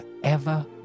forever